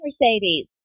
Mercedes